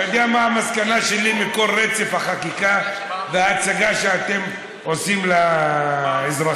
אתה יודע מה המסקנה שלי מכל רצף החקיקה וההצגה שאתם עושים לאזרחים?